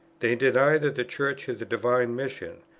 they deny that the church has a divine mission,